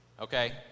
Okay